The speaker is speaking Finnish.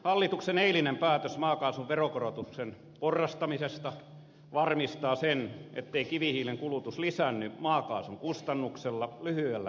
hallituksen eilinen päätös maakaasun veronkorotusten porrastamisesta varmistaa sen ettei kivihiilen kulutus lisäänny maakaasun kustannuksella lyhyellä tähtäimellä